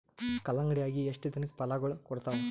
ಕಲ್ಲಂಗಡಿ ಅಗಿ ಎಷ್ಟ ದಿನಕ ಫಲಾಗೋಳ ಕೊಡತಾವ?